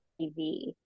TV